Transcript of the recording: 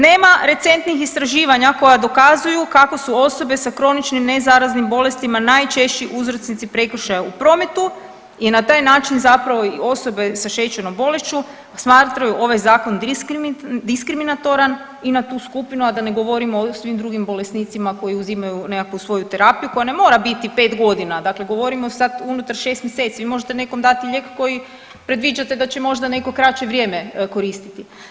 Nema recentnih istraživanja koja dokazuju kako su osobe sa kroničnim nezaraznim bolestima najčešći uzročnici prekršaja u prometu i na taj način zapravo i osobe sa šećernom bolešću smatraju ovaj zakon diskriminator i na tu skupinu, a da ne govorimo o svim drugim bolesnicima koji uzimaju nekakvu svoju terapiju koja ne mora biti 5.g., dakle govorimo sad unutar 6 mjeseci, vi možete nekom dati lijek koji predviđate da će možda neko kraće vrijeme koristiti.